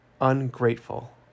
ungrateful